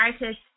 artist